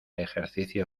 ejercicio